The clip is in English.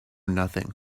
nothing